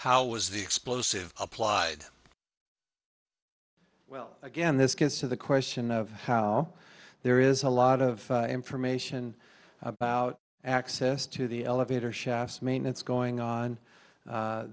how was the explosive applied well again this gets to the question of how there is a lot of information about access to the elevator shaft maintenance going on